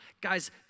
Guys